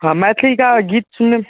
हाँ मैथली का गीत सुनने में